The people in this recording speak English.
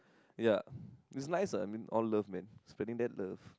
ya it's nice I mean all love man spending that love